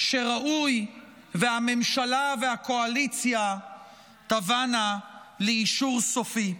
שראוי שהממשלה והקואליציה תבאנה לאישור סופי.